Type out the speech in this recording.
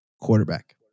Quarterback